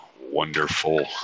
wonderful